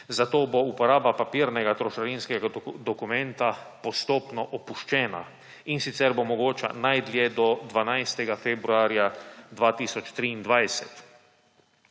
zato bo uporaba papirnega trošarinskega dokumenta postopno opuščena, in sicer bo mogoča najdlje do 12. februarja 2023.